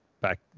back